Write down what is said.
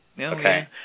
Okay